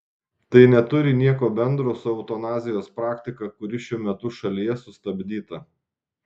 tai neturi nieko bendro su eutanazijos praktika kuri šiuo metu šalyje sustabdyta